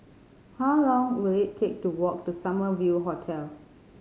how long will it take to walk to Summer View Hotel